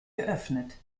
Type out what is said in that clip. geöffnet